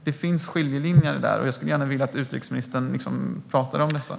Det finns skiljelinjer där, och jag skulle gärna vilja att utrikesministern talar om dem.